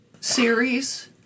series